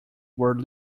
were